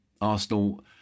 Arsenal